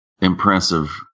impressive